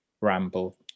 ramble